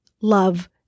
love